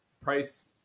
price